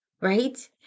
right